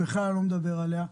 בכלל אני לא מדבר עליה.